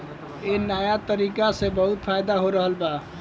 ए नया तरीका से बहुत फायदा हो रहल बा